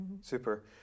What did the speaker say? super